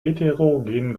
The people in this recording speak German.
heterogenen